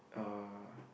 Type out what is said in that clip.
uh